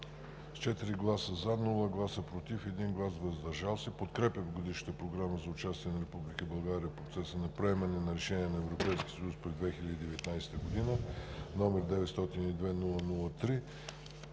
с 4 гласа „за“, без „против“ и 1 глас „въздържал се“ подкрепя Годишната програма за участие на Република България в процеса на вземане на решения на Европейския съюз през 2019 г., № 902-00-3,